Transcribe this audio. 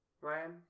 Ryan